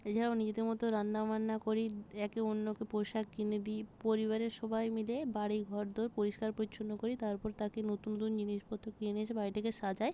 এছাড়াও নিজেদের মতো রান্নাবান্না করি একে অন্যকে পোশাক কিনে দিই পরিবারের সবাই মিলে বাড়ি ঘরদোর পরিষ্কার পরিচ্ছন্ন করি তারপর তাকে নতুন নতুন জিনিসপত্র কিনে নিয়ে এসে বাড়িটাকে সাজাই